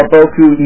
Boku